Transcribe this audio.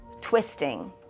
twisting